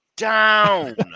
down